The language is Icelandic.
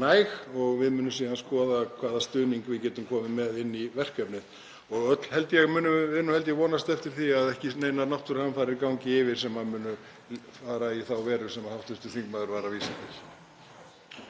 næg. Við munum síðan skoða hvaða stuðning við getum komið með inn í verkefnið. Öll munum við, held ég, vonast eftir því að ekki neinar náttúruhamfarir gangi yfir sem munu fara í þá veru sem hv. þingmaður var að vísa til.